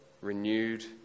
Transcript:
renewed